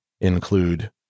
include